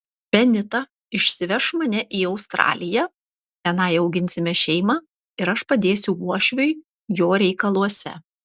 benita išsiveš mane į australiją tenai auginsime šeimą ir aš padėsiu uošviui jo reikaluose